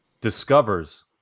discovers